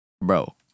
bro